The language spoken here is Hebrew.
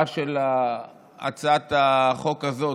על החוק החשוב הזה.